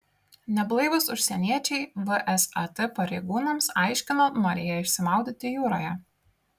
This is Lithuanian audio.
neblaivūs užsieniečiai vsat pareigūnams aiškino norėję išsimaudyti jūroje